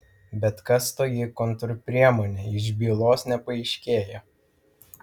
bet kas toji kontrpriemonė iš bylos nepaaiškėja